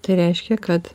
tai reiškia kad